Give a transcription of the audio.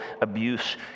abuse